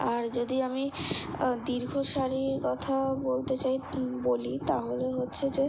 আর যদি আমি দীর্ঘ সারির কথা বলতে চাই বলি তাহলে হচ্ছে যে